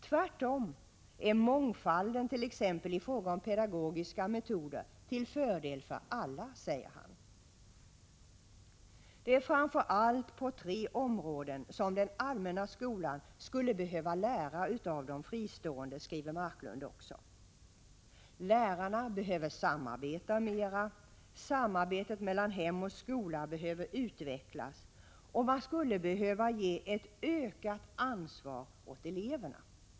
Tvärtom är mångfalden, t.ex. i fråga om pedagogiska metoder, till fördel för alla, skriver Sixten Marklund. Det är framför allt på tre områden som den allmänna skolan skulle behöva lära av de fristående skolorna, skriver Marklund vidare: Lärarna behöver samarbeta mera, samarbetet mellan hem och skola behöver utvecklas och man skulle behöva ge ett ökat ansvar åt eleverna.